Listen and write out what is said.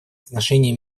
отношения